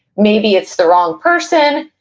maybe it's the wrong person,